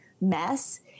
mess